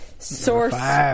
source